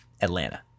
Atlanta